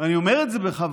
אני אומר את זה בכוונה,